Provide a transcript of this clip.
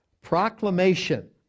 proclamation